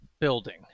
building